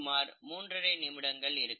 சுமார் மூன்றரை நிமிடங்கள் இருக்கும்